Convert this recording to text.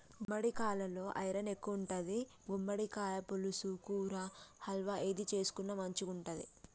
గుమ్మడికాలలో ఐరన్ ఎక్కువుంటది, గుమ్మడికాయ పులుసు, కూర, హల్వా ఏది చేసుకున్న మంచిగుంటది